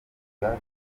byaje